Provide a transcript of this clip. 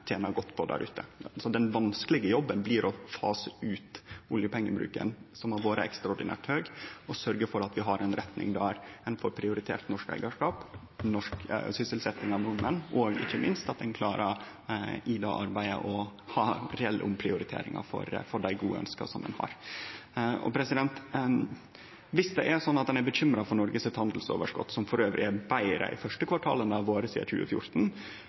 tener godt på der ute. Den vanskelege jobben blir å fase ut oljepengebruken, som har vore ekstraordinært høg, og sørgje for at vi har ei retning der vi får prioritert norsk eigarskap og sysselsetjing av nordmenn, og ikkje minst at ein i det arbeidet klarer å ha reelle omprioriteringar for dei gode ønska ein har. Viss ein er bekymra for handelsunderskotet til Noreg, som forresten er betre i første kvartal enn det har vore sidan 2014,